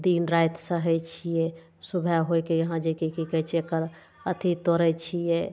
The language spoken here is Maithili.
दिन राति सहै छियै सुबेह होइके यहाँ जेकी कि कहै छै अथी तोरै छियै